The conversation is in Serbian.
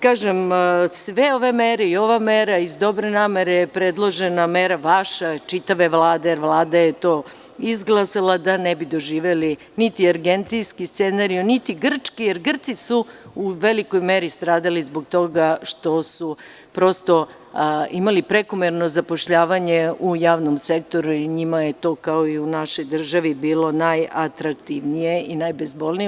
Kažem, sve ove mere i ova mera iz dobre namere je predložena mera vaše čitave Vlade, a Vlada je to izglasala da ne bi doživeli argentinski scenario, niti grčki, jer Grci su u velikoj meri stradali zbog toga što su imali prekomerno zapošljavanje u javnom sektoru i njima je to kao i u našoj državi bilo najatraktivnije i najbezbolnije.